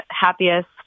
happiest